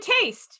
taste